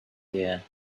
here